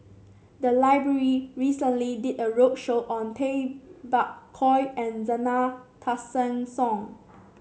the library recently did a roadshow on Tay Bak Koi and Zena Tessensohn